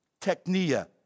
technia